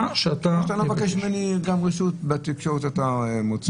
שאתה ----- כמו שאתה לא מבקש ממני רשות בתקשורת שאתה מוציא.